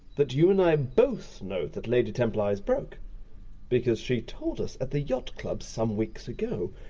that you and i both know that lady templar is broke because she told us at the yacht club some weeks ago,